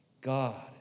God